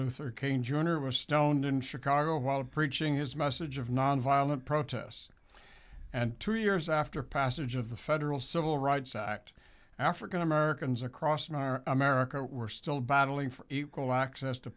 luther king jr was stoned in chicago while preaching his message of nonviolent protests and two years after passage of the federal civil rights act african americans across in our america were still battling for equal access to